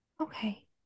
Okay